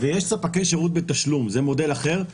ויש ספקי שירות בתשלום, שזה מודל אחר.